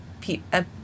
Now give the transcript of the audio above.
people